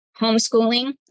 homeschooling